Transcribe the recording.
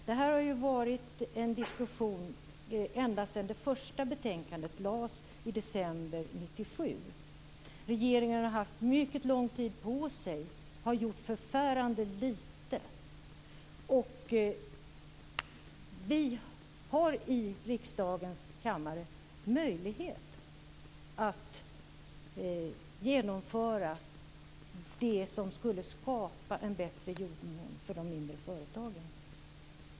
Detta har diskuterats ända sedan det första betänkandet avgavs i december 1997. Regeringen har haft mycket lång tid på sig, men man har gjort förfärande lite. Vi i riksdagens kammare har möjlighet att genomföra det som skulle skapa en bättre jordmån för de mindre företagen.